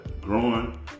growing